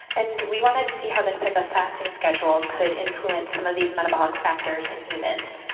and we wanted to see how this type of fasting schedule could influence some of these metabolic factors in humans.